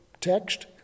text